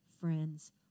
friends